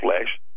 flesh